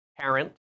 parent